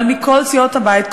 אבל מכל סיעות הבית,